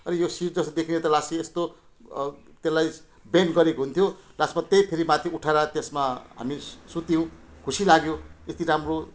अरे यो सिट जस्तो देखिने त लास्ट यस्तो त्यसलाई बेन्ड गरेको हुन्थ्यो लास्टमा त्यही फेरि माथि उठाएर त्यसमा हामी सुत्यौँ खुसी लाग्यो यति राम्रो